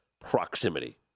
proximity